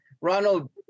ronald